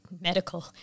medical